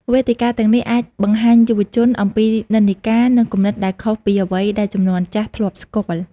វេទិកាទាំងនេះអាចបង្ហាញយុវជនអំពីនិន្នាការ និងគំនិតដែលខុសពីអ្វីដែលជំនាន់ចាស់ធ្លាប់ស្គាល់។